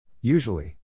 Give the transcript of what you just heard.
Usually